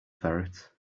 ferret